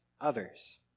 others